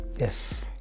Yes